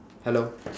hello